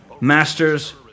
masters